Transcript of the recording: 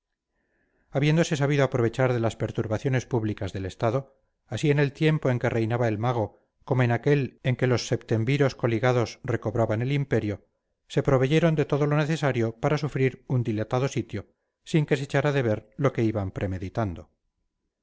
habiéndose sabido aprovechar de las perturbaciones públicas del estado así en el tiempo en que reinaba el mago como en aquel en que los septemviros coligados recobraban el imperio se proveyeron de todo lo necesario para sufrir un dilatado sitio sin que se echara de ver lo que iban premeditando